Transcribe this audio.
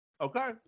okay